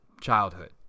childhood